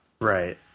Right